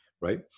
right